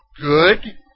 Good